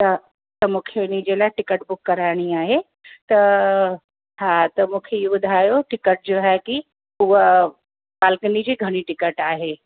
त त मूंखे इने जे लाइ टिकट बुक कराइणी आहे त हा त मूंखे इहो ॿुधायो की टिकट जो है क हूअ बालकनी जी घणी टिकट आहे